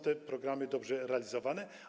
Te programy są dobrze realizowane.